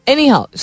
Anyhow